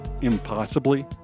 Impossibly